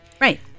Right